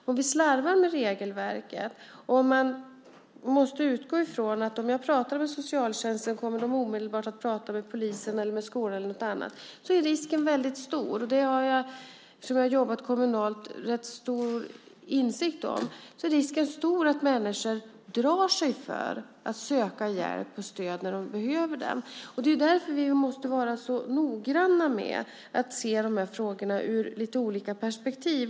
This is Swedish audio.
Om vi slarvar med regelverket och om människor måste utgå från att socialtjänsten, om de pratar med dem, omedelbart kommer att prata med polisen eller med skolan eller något annat är risken väldigt stor att människor drar sig för att söka hjälp och stöd när de behöver det - eftersom jag har jobbat kommunalt har jag rätt stor insikt om det. Det är därför vi måste vara så noggranna med att se de här frågorna ur lite olika perspektiv.